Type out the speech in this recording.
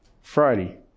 Friday